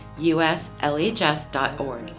uslhs.org